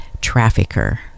trafficker